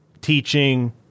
teaching